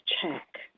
check